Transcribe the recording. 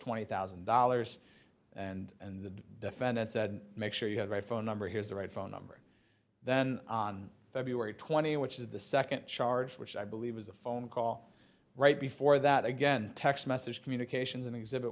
twenty thousand dollars and and the defendant said make sure you have a phone number here's the right phone number then on february twenty which is the nd charge which i believe was a phone call right before that again text message communications and exhibit